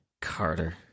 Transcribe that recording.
carter